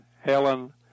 Helen